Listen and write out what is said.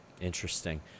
interesting